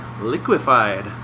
liquefied